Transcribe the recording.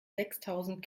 sechstausend